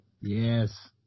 Yes